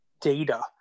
data